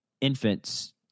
infants